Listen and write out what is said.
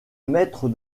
mètres